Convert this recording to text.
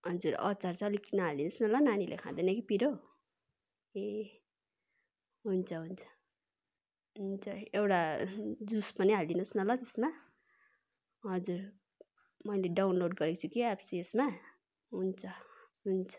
हजुर अचार चाहिँ अलिक नहाल्दिनु होस् न ल नानीले खाँदैन कि पिरो ए हुन्छ हुन्छ हुन्छ एउटा जुस पनि हाल्दिनु होस् न ल त्यसमा हजुर मैले डाउनलोड गरेको छु एप्स यसमा हुन्छ